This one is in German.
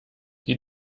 die